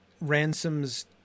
ransom's